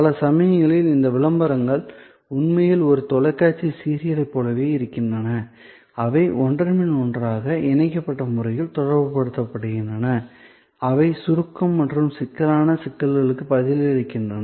பல சமயங்களில் இந்த விளம்பரங்கள் உண்மையில் ஒரு தொலைக்காட்சி சீரியலைப் போலவே இருக்கின்றன அவை ஒன்றன் பின் ஒன்றாக இணைக்கப்பட்ட முறையில் தொடர்புபடுத்துகின்றன அவை சுருக்கம் மற்றும் சிக்கலான சிக்கல்களுக்கு பதிலளிக்கின்றன